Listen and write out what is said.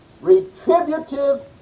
retributive